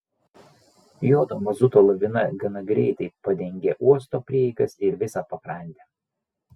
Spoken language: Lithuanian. juodo mazuto lavina gana greitai padengė uosto prieigas ir visą pakrantę